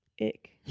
Ick